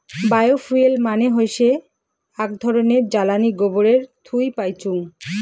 bio fuel মানে হৈসে আক ধরণের জ্বালানী গোবরের থুই পাইচুঙ